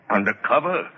Undercover